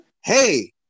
Hey